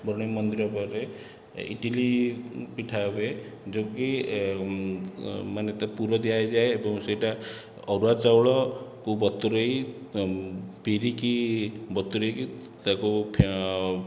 ବରୁଣେଇ ମନ୍ଦିର ପାଖରେ ଇଡ଼ଲି ପିଠା ହୁଏ ଯେଉଁ କି ମାନେ ତା ପୁର ଦିଆହୋଇଯାଏ ଏବଂ ସେଇଟା ଅରୁଆ ଚାଉଳକୁ ବତୁରେଇ ବିରିକି ବତୁରେଇକି ତାକୁ ଫେଣ